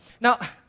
Now